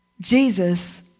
Jesus